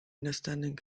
understanding